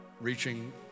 reaching